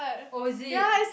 oh is it